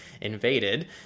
invaded